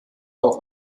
auch